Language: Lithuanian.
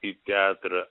į teatrą